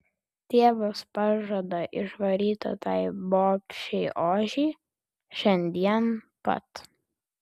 tėvas pažada išvaryti tai bobšei ožį šiandien pat